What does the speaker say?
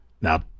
Now